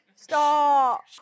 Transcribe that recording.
Stop